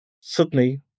Sydney